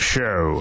Show